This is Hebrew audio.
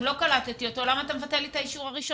אם לא קלטתי אותו למה אתה מבטל לי את האישור הראשוני?